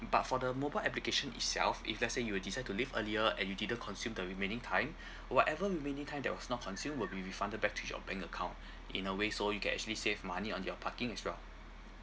but for the mobile application itself if let's say you were decide to leave earlier and you didn't consume the remaining time whatever remaining time that was not consumed will be refunded back to your bank account in a way so you can actually save money on your parking as well